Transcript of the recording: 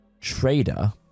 trader